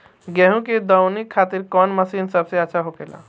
गेहु के दऊनी खातिर कौन मशीन सबसे अच्छा होखेला?